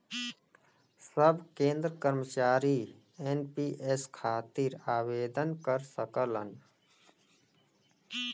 सब केंद्र कर्मचारी एन.पी.एस खातिर आवेदन कर सकलन